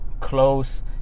close